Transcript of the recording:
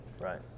Right